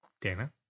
Dana